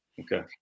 Okay